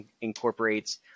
incorporates